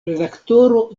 redaktoro